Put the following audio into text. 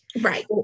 Right